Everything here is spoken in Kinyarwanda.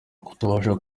kutabasha